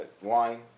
wine